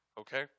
Okay